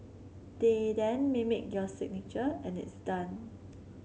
they then mimic your signature and it's done